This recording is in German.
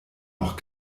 noch